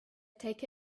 take